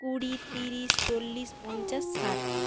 কুড়ি ত্রিশ চল্লিশ পঞ্চাশ ষাট